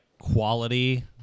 quality